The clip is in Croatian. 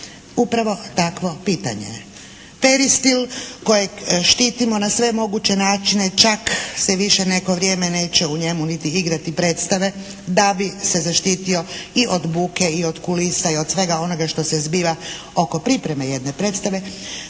upravo takvo pitanje. Peristil kojeg štitimo na sve moguće načine čak se više neko vrijeme neće u njemu niti igrati predstave da bi se zaštitio i od buke, i od kulisa i od svega onoga što se zbiva oko pripreme jedne predstave.